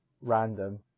random